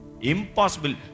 Impossible